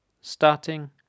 starting